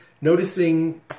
noticing